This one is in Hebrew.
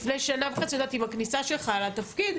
לפני שנה וחצי עם הכניסה שלך לתפקיד,